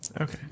Okay